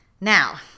Now